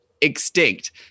extinct